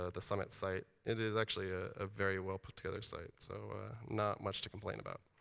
ah the summit site. it is actually a ah very well put together site. so not much to complain about.